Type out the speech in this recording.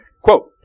Quote